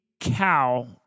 cow